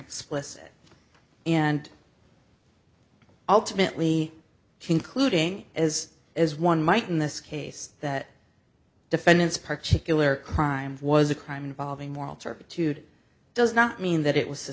explicit and ultimately concluding as as one might in this case that defendants particularly crime was a crime involving moral turpitude does not mean that it was a